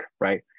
right